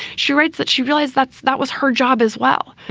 she writes that she realized that that was her job as well.